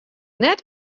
net